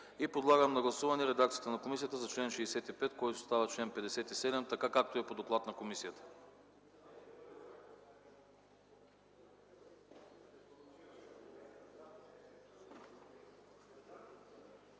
Подлагам на гласуване редакцията на комисията за чл. 65, който става чл. 57, така както е по доклад на комисията.